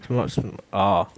two lots mm orh